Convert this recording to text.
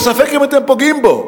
וספק אם אתם פוגעים בו.